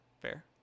Fair